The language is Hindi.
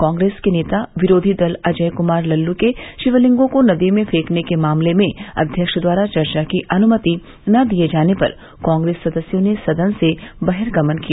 कांग्रेस के नेता विरोधी दल अजय कुमार लल्लू के शिवलिंगों को नदी में फॅकने के मामले में अध्यक्ष द्वारा चर्चा की अनुमति न दिये जाने पर कांग्रेस सदस्यों ने सदन से बहिर्गमन किया